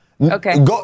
Okay